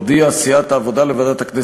הודיעה סיעת העבודה לוועדת הכנסת,